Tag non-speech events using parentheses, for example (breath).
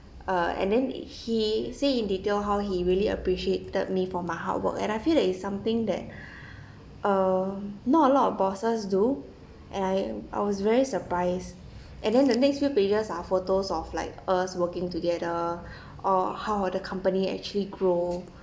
uh and then he say in detail how he really appreciated me for my hard work and I feel that is something that uh not a lot of bosses do I I was very surprised and then the next few pages are photos of like us working together (breath) or how uh the company actually grow